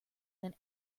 than